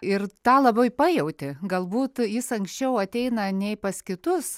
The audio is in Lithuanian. ir tą labai pajauti galbūt jis anksčiau ateina nei pas kitus